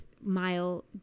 mile